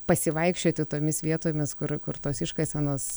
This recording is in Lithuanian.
pasivaikščioti tomis vietomis kur kur tos iškasenos